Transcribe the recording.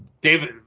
David